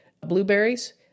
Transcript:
blueberries